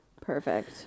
perfect